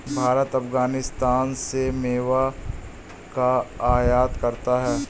भारत अफगानिस्तान से मेवा का आयात करता है